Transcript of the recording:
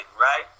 right